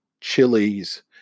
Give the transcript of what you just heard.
chilies